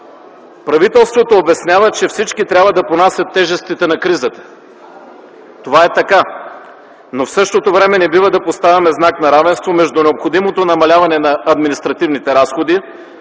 Правителството обяснява, че всички трябва да понасят тежестите на кризата. Това е така, но в същото време не бива да поставяме знак на равенство между необходимото намаляване на административните разходи,